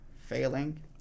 failing